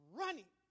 running